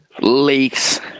Leaks